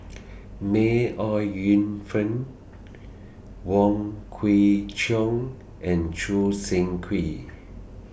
May Ooi Yu Fen Wong Kwei Cheong and Choo Seng Quee